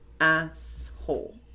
asshole